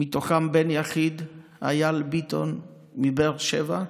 מתוכם בן יחיד, אייל ביטון, מבאר שבע,